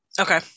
Okay